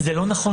זה לא נכון,